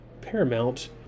Paramount